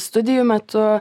studijų metu